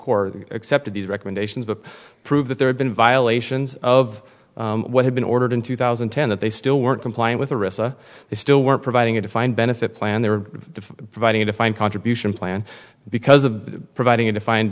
court accepted these recommendations to prove that there had been violations of what had been ordered in two thousand and ten that they still weren't compliant with arista they still weren't providing a defined benefit plan they were providing a defined contribution plan because of providing a defined